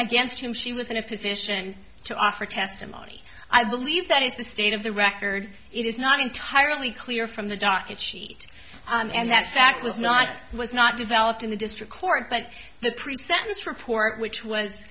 against him she was in a position to offer testimony i believe that is the state of the record it is not entirely clear from the docket sheet and that fact was not was not developed in the district court but the pre sentence report which was